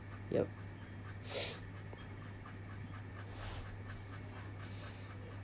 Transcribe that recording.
yup